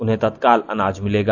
उन्हें तत्काल अनाज मिलेगा